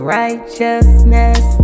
righteousness